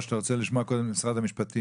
או שאתה רוצה לשמוע קודם את משרד המשפטים,